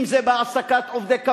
אם זה בהעסקת עובדי קבלן,